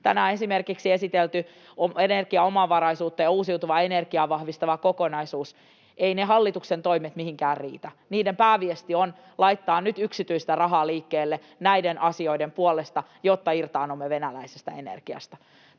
tänään on esitelty energiaomavaraisuutta ja uusiutuvaa energiaa vahvistava kokonaisuus, mutta eivät ne hallituksen toimet mihinkään riitä, vaan niiden pääviesti on laittaa nyt yksityistä rahaa liikkeelle näiden asioiden puolesta, jotta irtaannumme venäläisestä energiasta.